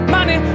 Money